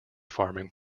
farming